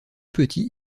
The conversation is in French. petits